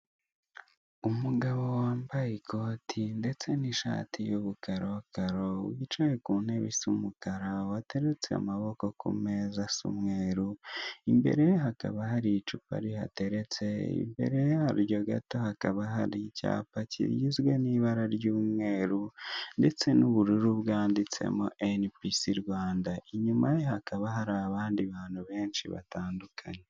Umugabo wambaye ikote ndetse n'ishati y'ubukarokaro wicaye ku ntebe isa umukara wateretse amaboko ku meza asa umweru imbere ye hakaba hari icupa rihateretse imbere yaryo gato hakaba hari icyapa kigizwe n'ibara ry'umweru ndetse n'ubururu bwanditsemo NPC rwanda inyuma ye hakaba hari abandi bantu benshi batandukanye.